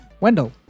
wendell